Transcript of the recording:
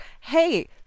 hey